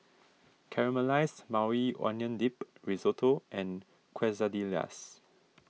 Caramelized Maui Onion Dip Risotto and Quesadillas